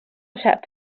sap